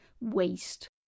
waste